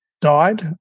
died